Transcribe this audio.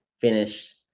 finish